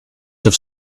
have